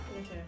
Okay